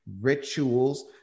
rituals